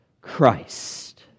Christ